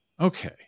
okay